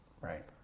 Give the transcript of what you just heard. Right